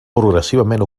progressivament